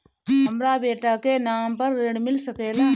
हमरा बेटा के नाम पर ऋण मिल सकेला?